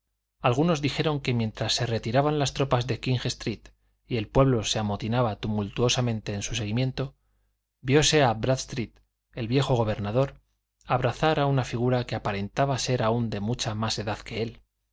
algunos dijeron que mientras se retiraban las tropas de king street y el pueblo se amotinaba tumultuosamente en su seguimiento vióse a brádstreet el viejo gobernador abrazar a una figura que aparentaba ser aun de mucha más edad que él